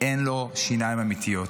אין לו שיניים אמיתיות.